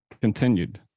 continued